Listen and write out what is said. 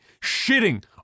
shitting